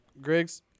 Griggs